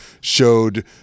showed